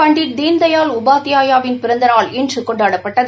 பண்டிட் தீன்தயாள் உபாத்தியாயா வின் பிறந்தநாள் இன்று கொண்டாடப்பட்டது